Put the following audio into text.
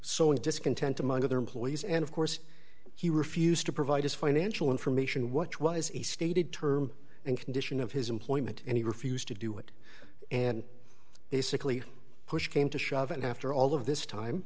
so in discontent among other employees and of course he refused to provide us financial information watch what is a stated term and condition of his employment and he refused to do it and basically push came to shove and after all of this time